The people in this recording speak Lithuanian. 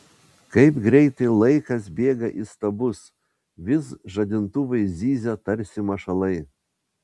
kaip greitai laikas bėga įstabus vis žadintuvai zyzia tarsi mašalai